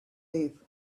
eighth